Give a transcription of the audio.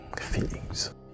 feelings